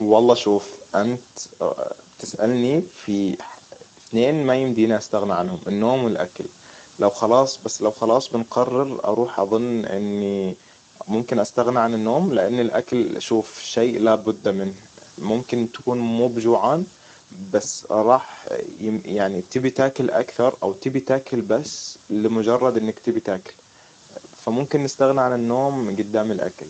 والله شوف أنت بتسألني في إثنين ما يمديني استغنى عنهم النوم والأكل لو خلاص بس لو خلاص بنقرر أروح أظن إني ممكن استغنى عن النوم لأن الأكل شوف شيء لابد منه ممكن تكون موب جوعان بس راح يعني تبي تاكل اكثر او تبي تاكل بس لمجرد إنك تبي تاكل. فممكن نستغنى عن النوم قدام الاكل